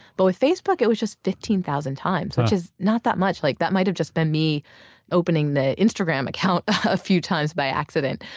but with facebook it was just fifteen thousand times, which is not that much. like that might have just been me opening the instagram account a few times by accident.